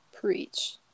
Preach